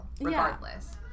regardless